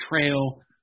trail